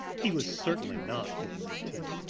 he was certainly not over eighteen.